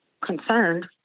concerned